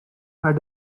had